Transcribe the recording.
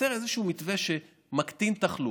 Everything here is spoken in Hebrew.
יוצר איזשהו מתווה שמקטין תחלואה.